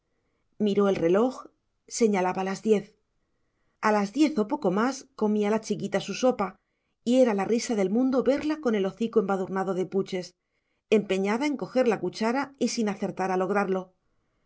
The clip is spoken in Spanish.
miró el reloj señalaba las diez a las diez o poco más comía la chiquita su sopa y era la risa del mundo verla con el hocico embadurnado de puches empeñada en coger la cuchara y sin acertar a lograrlo